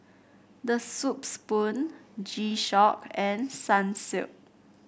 The Soup Spoon G Shock and Sunsilk